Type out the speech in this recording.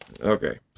Okay